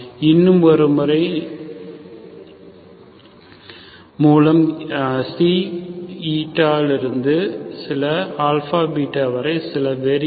இன்னும் ஒருமுறை மூலம் இருந்து சில வரை சில வேரியபில்